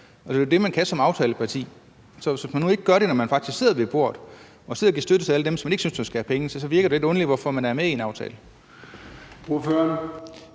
Det er jo det, man kan som aftaleparti. Hvis man ikke gør det, når man faktisk er med ved bordet og sidder og giver støtte til alle dem, som man ikke synes skal have penge, så virker det lidt underligt, at man i den aftale.